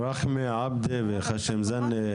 רכמה, עבדה וח'שם זנה.